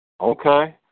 Okay